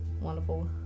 Wonderful